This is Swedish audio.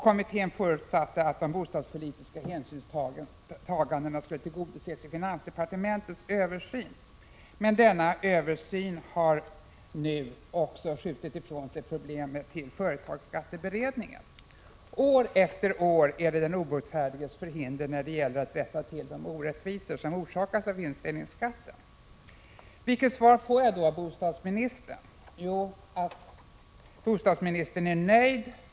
Kommittén förutsatte att de bostadspolitiska hänsynstagandena skulle tillgodoses i finansdepartementets översyn. Men när det gäller denna översyn har man nu skjutit ifrån sig problemet genom att hänvisa det till det utredningsarbete som pågår inom företagsbeskattningen. År efter år kan man alltså tala om den obotfärdiges förhinder när det gäller att rätta till de orättvisor som orsakas av vinstdelningsskatten. Vilket svar får jag då av bostadsministern? Jo, att bostadsministern är nöjd.